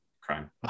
crime